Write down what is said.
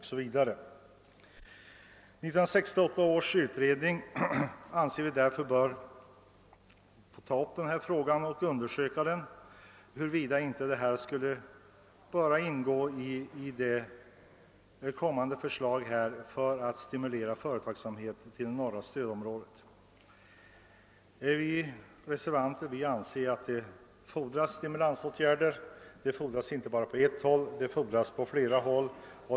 Vi anser därför att 1968 års lokaliseringsutredning bör ta upp den här frågan och undersöka huruvida den av motionärerna anvisade åtgärden bör ingå i ett kommande förslag för att stimulera företagsamhet i det norra stödområdet. Vi reservanter anser att stimulansåtgärder fordras inte bara på ett håll utan på flera.